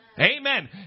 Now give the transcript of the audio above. Amen